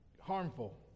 harmful